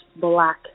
black